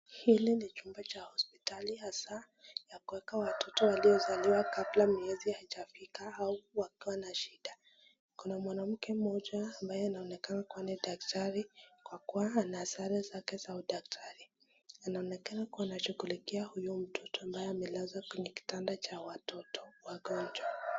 Hili ni chumba cha hosipitali hasa ya kueka watoto waliozaliwa kabla ya miezi haijafika au wakiwa na shida. Kuna mwanamke mmoja ambaye anaonekana kua ni daktari kwa kua anasare zake za udaktari. Anaonekana kua anashughulikia huyu mtoto ambaye amelazwa kwenye kitanda cha watoto wagonjwa.